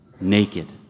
naked